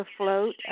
afloat